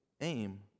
aim